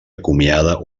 acomiada